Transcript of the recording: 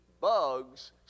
bugs